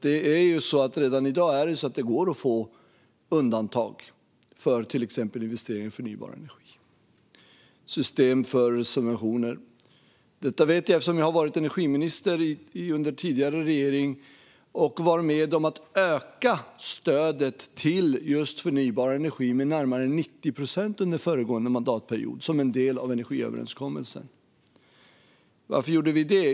Det går ju redan i dag att få undantag för till exempel investeringar i förnybar energi och system för subventioner. Detta vet jag eftersom jag har varit energiminister under den tidigare regeringen och har varit med om att öka stödet till just förnybar energi med närmare 90 procent under föregående mandatperiod, som en del av energiöverenskommelsen. Varför gjorde vi detta?